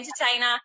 entertainer